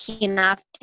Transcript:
enough